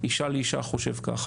"אישה לאישה" חושב ככה.